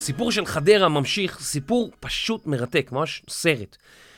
סיפור של חדרה ממשיך סיפור פשוט מרתק, ממש סרט.